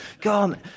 God